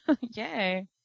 Yay